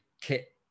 kit